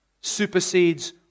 supersedes